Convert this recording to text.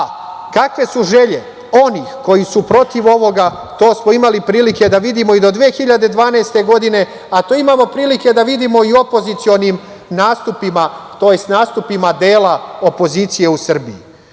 Srbije. Kakve su želje onih koji su protiv ovoga, to smo imali prilike da vidimo i do 2012. godine, a to imamo prilike da vidimo i u opozicionim nastupima tj. nastupima dela opozicije u Srbiji